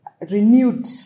renewed